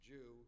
Jew